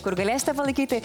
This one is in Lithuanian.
kur galėsite palaikyti